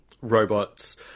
robots